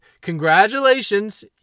congratulations